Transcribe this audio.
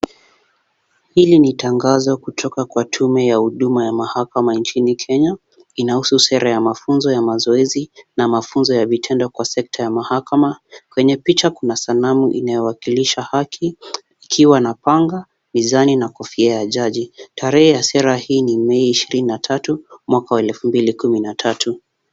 Hili ni tangazo kutoka kwa tume ya huduma ya mahakama nchini Kenya. Inahusu sera ya mafunzo ya mazoezi na mafunzo ya vitendo kwa sekta ya mahakama. Kwenye picha kuna sanamu inayowakilisha haki ikiwa na panga, mizani na kofia ya jaji. Tarehe ya sera hii ni Mei ishirini na tatu, mwaka elfu mbili kumi na tatu.